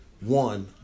one